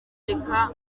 reka